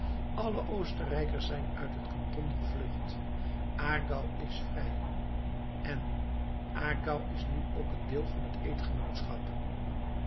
alle oostenrijkers zijn uit het kanton gevlucht aargau is vrij en aargau is nu ook een deel van het eedgenootschap